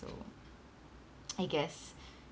so I guess